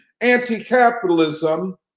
anti-capitalism